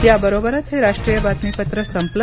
याबरोबरच हे राष्ट्रीय बातमीपत्र संपलं